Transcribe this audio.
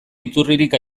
iturririk